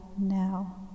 now